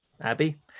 abby